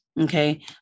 okay